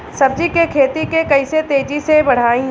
सब्जी के खेती के कइसे तेजी से बढ़ाई?